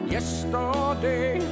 Yesterday